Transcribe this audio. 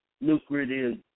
lucrative